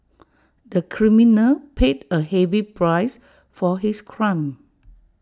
the criminal paid A heavy price for his crime